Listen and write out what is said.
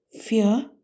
Fear